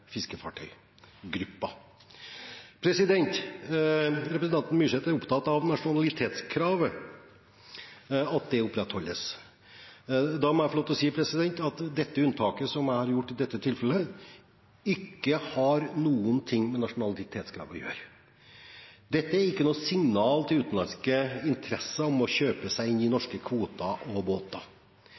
Representanten Myrseth er opptatt av nasjonalitetskravet, at det opprettholdes. Da må jeg få lov til å si at det unntaket som jeg har gjort i dette tilfellet, ikke har noen ting med nasjonalitetskrav å gjøre. Dette er ikke noe signal til utenlandske interesser om å kjøpe seg inn i norske kvoter og båter.